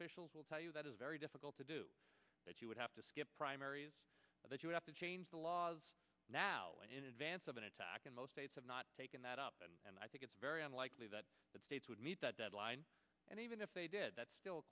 officials will tell you that is very difficult to do that you would have to skip primaries that you have to change the laws now in advance of an attack in most states have not taken that up and i think it's very unlikely that the states would meet that deadline and even if they did that still